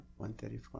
134